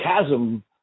chasm